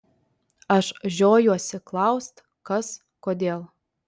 aš žiojuosi klaust kas kodėl